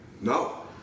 No